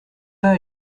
pas